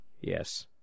Yes